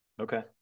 Okay